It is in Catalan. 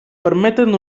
permeten